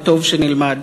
וטוב שנלמד,